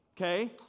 okay